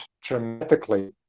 dramatically